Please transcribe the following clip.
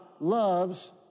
loves